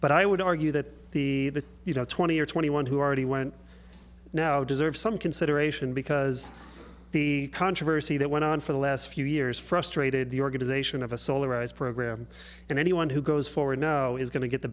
but i would argue that the that you know twenty or twenty one who are ready went now deserve some consideration because the controversy that went on for the last few years frustrated the organization of a solar rise program and anyone who goes forward now is going to get the